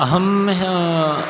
अहं ह्यः